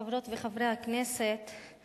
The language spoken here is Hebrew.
חברות וחברי הכנסת,